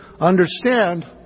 understand